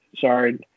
sorry